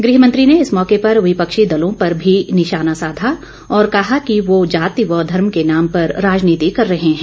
गृह मंत्री ने इस मौके पर विपक्षी दलों पर भी निशाना साधा और कहा कि वह जाति व धर्म के नाम पर राजनीति कर रहे हैं